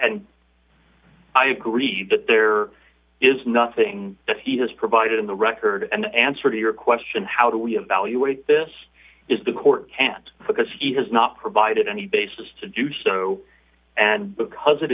and i agree that there is nothing that he has provided on the record and the answer to your question how do we have value a this is the court can't because he has not provided any basis to do so and because